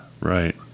right